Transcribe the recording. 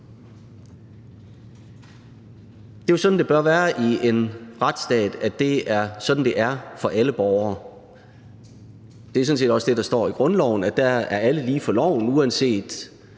Det er jo sådan, det bør være i en retsstat, altså at det er sådan, det er, for alle borgere. Det er sådan set også det, der står i grundloven: at der er alle lige for loven uanset